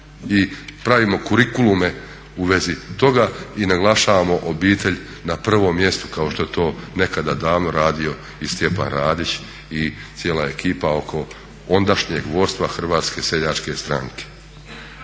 i pravimo kurikulume u vezi toga i naglašavamo obitelj na prvom mjestu kao što je to nekada davno radio i Stjepan Radić i cijela ekipa oko ondašnjeg vodstva HSS-a. Dakle prvo